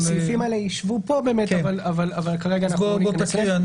הסעיפים האלה יידונו פה אבל כרגע לא כדאי להתעכב.